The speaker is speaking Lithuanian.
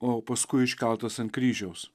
o paskui iškeltas ant kryžiaus